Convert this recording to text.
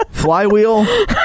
Flywheel